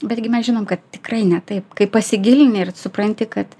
betgi mes žinom kad tikrai ne taip kai pasigilini ir supranti kad